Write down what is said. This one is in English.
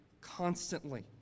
constantly